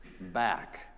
back